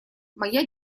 моя